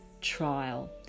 trial